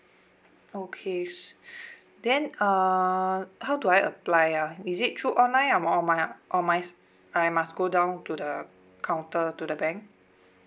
okay s~ then uh how do I apply ah is it through online or m~ or my or my s~ I must go down to the counter to the bank